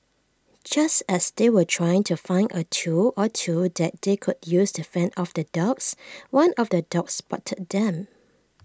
just as they were trying to find A tool or two that they could use to fend off the dogs one of the dogs spotted them